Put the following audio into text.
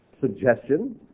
suggestion